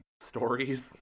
Stories